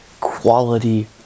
quality